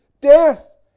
Death